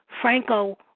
Franco